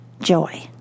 joy